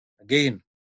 Again